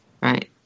Right